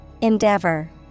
Endeavor